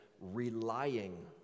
relying